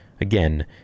again